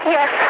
Yes